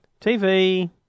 TV